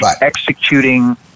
executing